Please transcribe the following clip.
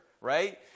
right